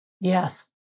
Yes